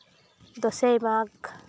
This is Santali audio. ᱫᱚᱥᱮᱭ ᱢᱟᱜᱽ